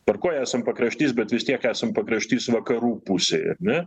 tvarkoj esam pakraštys bet vis tiek esam pakraštys vakarų pusėj ar ne